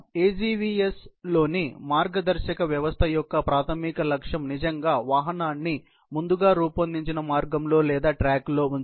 AGVS లో మార్గదర్శక వ్యవస్థ యొక్క ప్రాధమిక లక్ష్యం నిజంగా వాహనాన్ని ముందుగా రూపొందించిన మార్గంలో లేదా ట్రాక్లో ఉంచడం